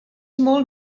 molt